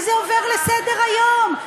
ועוברים על זה לסדר-היום,